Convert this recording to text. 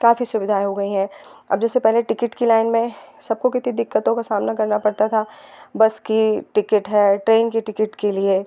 काफ़ी सुविधाएँ हो गई हैं अब जैसे पहले टिकट की लाइन में सबको कितनी दिक्कतों का सामना करना पड़ता था बस की टिकट है ट्रेन की टिकट के लिए